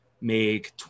make